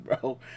bro